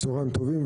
צוהריים טובים.